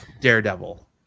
Daredevil